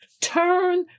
Turn